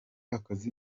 akazi